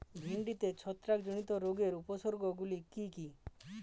ভিন্ডিতে ছত্রাক জনিত রোগের উপসর্গ গুলি কি কী?